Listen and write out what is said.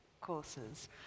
courses